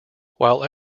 while